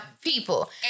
people